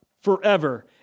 forever